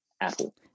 apple